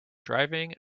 driving